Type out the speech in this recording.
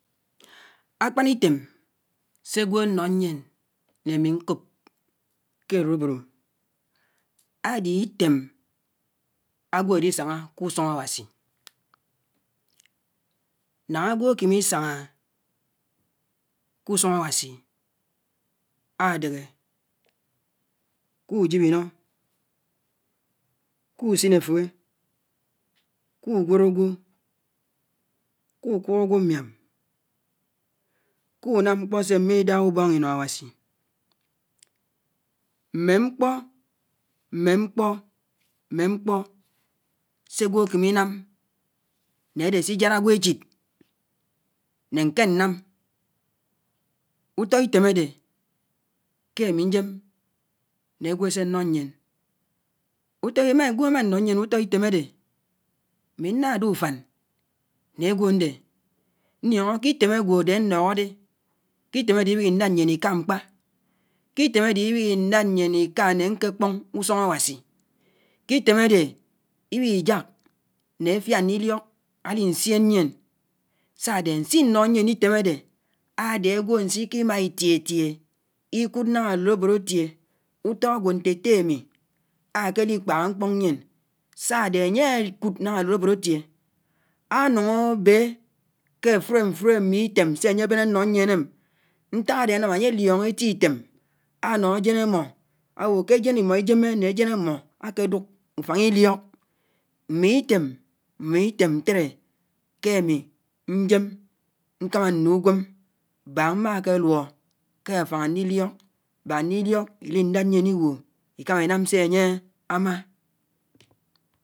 Akpan item se ágwo ánò ñyiè ne ámi ñkpo ké aloloabod adé item ágwò Eli sañga kè usuñg Áwási. Ñañga agwo akémé isañga ku-usuñg Áwási adéhé ká ujib ino ku using efibe ku uñwod ágwò ku ukwob ágwò miám ku unám ñkpo sè mihi-idaha uboñg ino Áwási mme ñkpo mme ñkpo mme ñkpo sè ágwò ákèmè inám ne ade si ijád agwo échid ne nké ñam uto item ádè ke ami ñjém ne agwo ase año ñyièn agwo ama año ñyien item ade ami nna ade ufáñ ne uto ágwò ándè mòñgo kè item ágwò ádè ámoho ádè ki item iwihi ilád ñyien iká mkpa, ki item ade iwihi ìlád ñyien ika ñe ñke kopñg usung Awasi ki item ade iwihi ijak ne afia anliliok Ali ñsien ñyien sa-ade asi ñno ñyien item ade ádè ágwò añsimimá itietie ikud aloloabod átiè uto agwo nte ette ami ákeli kpaha akpong ñyien sa-ade añye ákud ñañga alolobod átiè ánung abe ke afube afulo mme item se ányè abén ánò ñyien ñtak ádè anam anye alioñgo èti item ano akeduk afañg ibok mme item mme item ñtele ke àmi ñjen, ñkámá nku uñwem baãk mma ke nio kè afang anliliok baãk anliliok iti ilad nyien iwuo ikáma inám sè ánye amá.